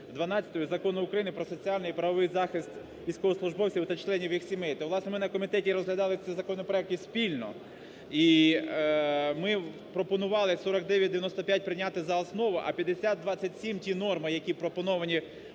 12 Закону України "Про соціальний і правовий захист військовослужбовців та членів їх сімей". Та, власне, ми на комітеті і розглядали ці законопроекти спільно, і ми пропонували 4995 прийняти за основу, а 5027, ті норми, які пропоновані